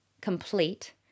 complete